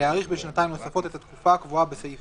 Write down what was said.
"להאריך בשנתיים נוספות את התקופה הקבועה בסעיף